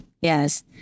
Yes